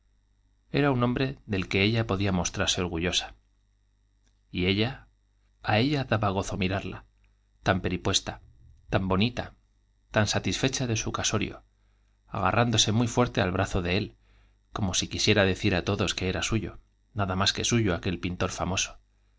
era un hombre del que ella podía mostrarse orgullosa y ella a ella daba gozo mirarla tan peripuesta tan bonita tan satisfecha de su casorio agarrándose muy fuerte al brazo de él como si quisiera decir á todos que era e uyo nada más que suyo aquel pintor famoso